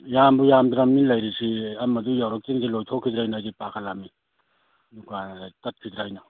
ꯌꯥꯝꯕꯨ ꯌꯥꯝꯗ꯭ꯔꯃꯤ ꯂꯩꯔꯤꯁꯤ ꯑꯃꯗꯨ ꯌꯧꯔꯛꯇ꯭ꯔꯤꯉꯩꯗ ꯂꯣꯏꯊꯣꯛꯈꯤꯗ꯭ꯔꯅ ꯑꯩꯁꯤ ꯄꯥꯈꯠꯂꯃꯤ ꯗꯨꯀꯥꯟ ꯑꯥ ꯇꯠꯈꯤꯗ꯭ꯔꯥꯅ